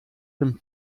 dem